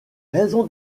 raisons